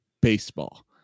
baseball